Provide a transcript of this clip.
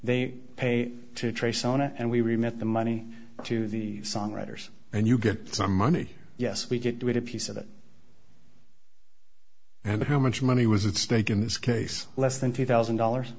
they pay to trace on and we remit the money to the songwriters and you get some money yes we get to eat a piece of it and how much money was at stake in this case less than two thousand dollars